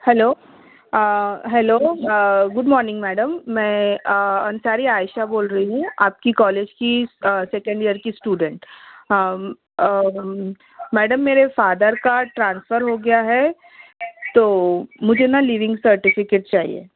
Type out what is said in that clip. hello hello good morning madam میں انصاری عائشہ بول رہی ہوں آپ کی کالج کی سیکنڈ ایئر کی اسٹوڈینٹ ہاں میڈم میرے فادر کا ٹرانسفر ہو گیا ہے تو مجھے نا لیونگ سرٹیفکیٹ چاہیے